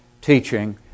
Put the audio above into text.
teaching